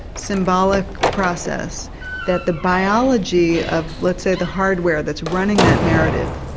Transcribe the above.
symbolic process that the biology of let's say the hardware that's running that narrative,